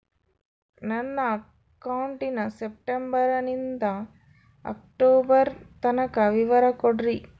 ನನ್ನ ಅಕೌಂಟಿನ ಸೆಪ್ಟೆಂಬರನಿಂದ ಅಕ್ಟೋಬರ್ ತನಕ ವಿವರ ಕೊಡ್ರಿ?